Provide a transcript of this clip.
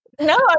No